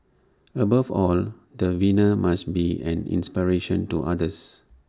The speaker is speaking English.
above all the winner must be an inspiration to others